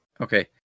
Okay